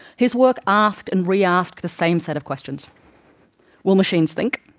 his work asked and re-asked the same set of questions will machines think?